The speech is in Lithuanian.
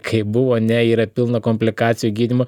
kaip buvo ne yra pilna komplikacijų gydymo